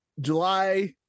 July